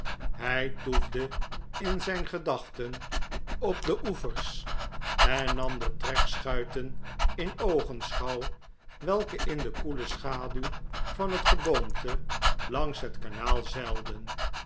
hij toefde in zijn gedachten op de oevers en nam de trekschuiten in oogenschouw welke in de koele schaduw van het geboomte langs het kanaal zeilden